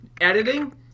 editing